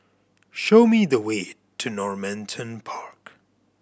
show me the way to Normanton Park